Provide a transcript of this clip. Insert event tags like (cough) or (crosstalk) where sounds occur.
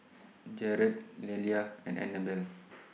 Jerad Lelia and Anabella (noise)